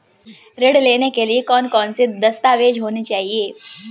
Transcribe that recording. ऋण लेने के लिए कौन कौन से दस्तावेज होने चाहिए?